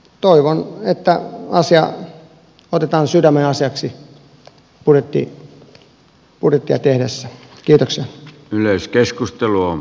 toivon että asia otetaan sydämenasiaksi budjettia tehtäessä